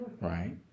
right